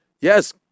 yes